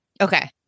Okay